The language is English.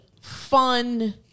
...fun